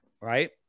right